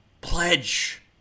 pledge